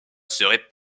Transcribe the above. serait